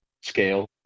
scale